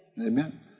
Amen